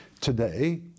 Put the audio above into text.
Today